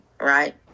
right